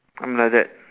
I'm like that